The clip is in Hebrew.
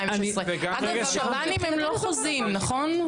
אגב, שב"נים הם לא חוזים, נכון?